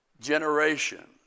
generation